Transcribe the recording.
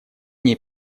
ней